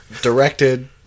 Directed